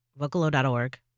vocalo.org